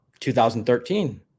2013